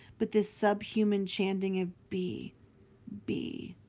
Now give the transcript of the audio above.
but this sub-human chanting of b b.